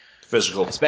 physical